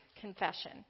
confession